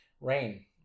Rain